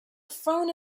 phone